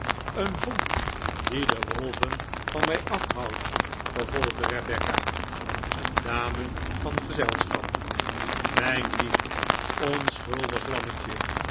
een hond die de wolven van mij af houdt vervolgde rebecca een dame van gezelschap mijn lief onschuldig lammetje